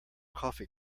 coffee